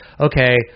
okay